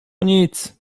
nic